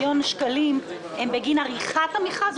שקלים הם בגין עריכת המכרז,